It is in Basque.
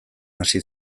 hasi